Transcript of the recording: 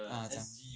ah 讲